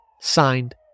Signed